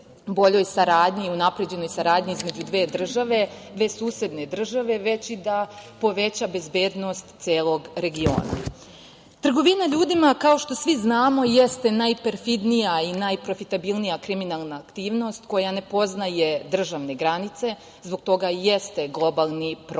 boljoj saradnji, unapređenoj saradnji između dve države, dve susedne države, već i da poveća bezbednosti celog regiona. Trgovina ljudima, kao što svi znamo, jeste najperfidnija i najprofitabilnija kriminalna aktivnost koja ne poznaje državne granice. Zbog toga i jeste globalni problem.